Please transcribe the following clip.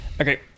Okay